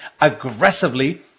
aggressively